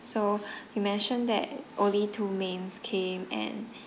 so you mentioned that only two mains came and